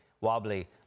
wobbly